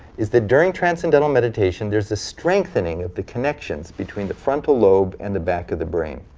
is that during transcendental meditation there's a strengthening of the connections between the frontal lobe and the back of the brain.